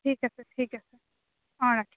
ঠিক আছে ঠিক আছে অঁ ৰাখক